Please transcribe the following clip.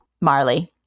Marley